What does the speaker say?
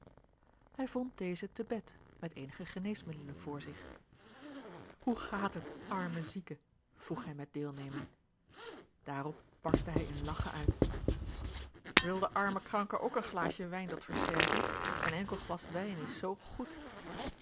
hij vond dezen te bed met eenige geneesmiddelen voor zich george een ongeluksvogel hoe gaat het arme zieke vroeg hij met deelneming daarop barstte hij in lagchen uit wil de arme kranke ook een glaasje wijn tot versterking een enkel glas wijn is zoo goed